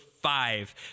five